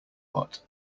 pot